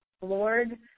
Lord